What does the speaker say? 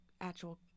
actual